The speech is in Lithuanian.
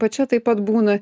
pačia taip pat būna